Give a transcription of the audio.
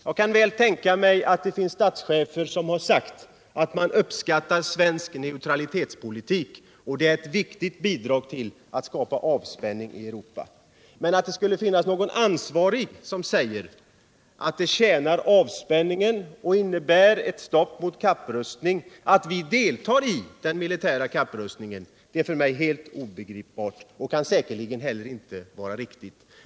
Jag kan väl tänka mig att det finns statschefer som sagt att de uppskattar svensk neutralitetspolitik och att den är ett viktigt bidrag till att skapa avspänning i Europa. Men att det skulle finnas någon ansvarig som säger att det tjänar avspänningen och bidrar till att stoppa kapprustningen att vi deltar i den militära kapprustningen är för mig helt obegripligt, och det kan säkerligen inte heller vara riktigt.